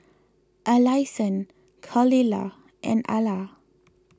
Alyson Khalilah and Ala